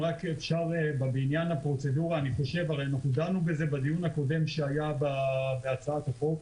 רק לעניין הפרוצדורה הרי דנו בזה בדיון הקודם שהיה בהצעת החוק.